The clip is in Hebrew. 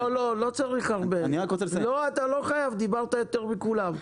לא צריך הרבה, לא אתה לא חייב, דיברתי יותר מכולם.